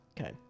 Okay